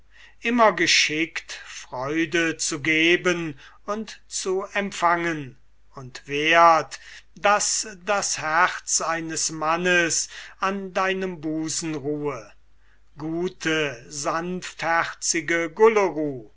immer geschickt freude zu geben und zu empfangen und wert daß das herz eines mannes an deinem busen ruhe gute sanftherzige